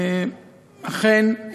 אכן,